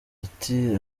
ati